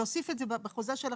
להוסיף את זה בחוזה שלכם.